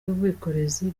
y’ubwikorezi